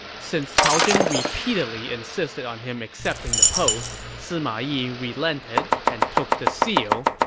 since cao zhen repeatedly insisted on him accepting the post, sima yi relented and took the seal.